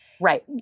Right